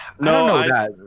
No